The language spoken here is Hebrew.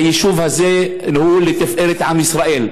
היישוב הזה הוא לתפארת עם ישראל.